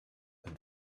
and